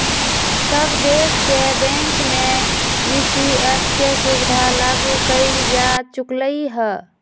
सब देश के बैंक में ई.सी.एस के सुविधा लागू कएल जा चुकलई ह